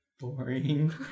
boring